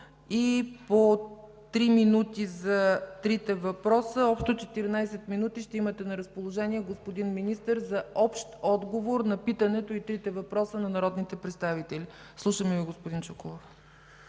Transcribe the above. и по три минути за трите въпроса. Общо 14 минути ще имате на разположение, господин Министър, за общ отговор на питането и трите въпроса на народните представители. Слушаме Ви, господин Чуколов.